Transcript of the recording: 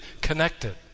connected